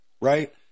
right